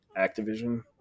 activision